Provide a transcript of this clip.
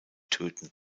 töten